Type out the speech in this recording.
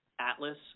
Atlas